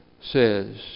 says